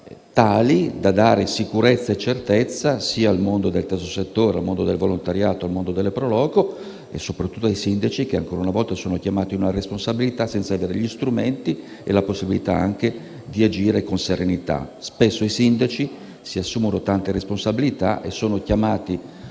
tali da dare sicurezza e certezza sia al mondo del terzo settore, del volontariato e delle *pro loco*, sia, soprattutto, ai sindaci che, ancora una volta, sono chiamati a una responsabilità senza avere gli strumenti e la possibilità di agire con serenità. Spesso i sindaci si assumono tante responsabilità e sono chiamati